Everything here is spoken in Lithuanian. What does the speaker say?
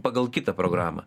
pagal kitą programą